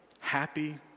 happy